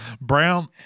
Brown